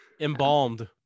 embalmed